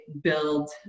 build